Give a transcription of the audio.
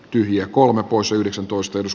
tyhjiä kolme usa yhdeksäntoista jos